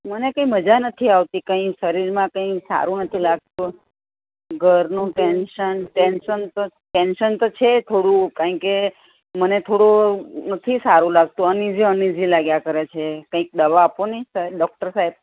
મને કંઈ મજા નથી આવતી કંઈ શરીરમાં કંઈ સારું નથી લાગતું ઘરનું ટેન્સન ટેન્સન તો ટેન્સન તો છે થોડું કાઇ કે મને થોડું નથી સારું લાગતું અનઈઝી અનઈઝી લાગ્યા કર્યા છે કંઈક દવા આપોને સાહેબ ડૉક્ટર સાહેબ